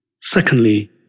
Secondly